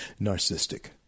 narcissistic